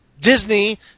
Disney